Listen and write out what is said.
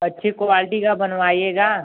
अच्छी क्वाल्टी का बनवाइएगा